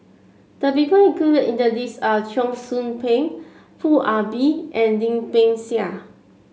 the people included in the list are Cheong Soo Pieng Foo Ah Bee and Lim Peng Siang